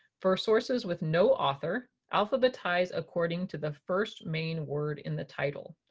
for sources with no author, alphabetize according to the first main word in the title.